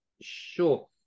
sure